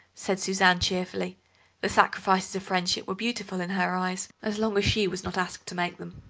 said suzanne cheerfully the sacrifices of friendship were beautiful in her eyes as long as she was not asked to make them.